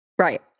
right